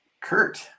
Kurt